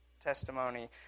testimony